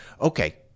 Okay